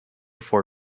for